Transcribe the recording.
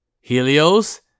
Helios